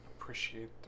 appreciate